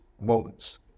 moments